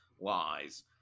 lies